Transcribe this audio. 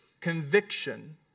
conviction